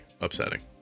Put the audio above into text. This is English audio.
upsetting